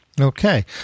Okay